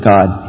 God